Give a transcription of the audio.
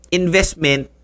investment